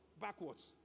backwards